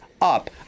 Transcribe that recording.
up